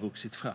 vuxit fram.